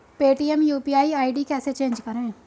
Paytm UPI ID कैसे change करें?